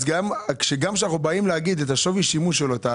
אז כשגם כשאנחנו באים להגיד את השווי שימוש שלו.